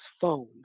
phone